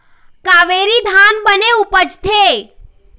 कावेरी धान बने उपजथे?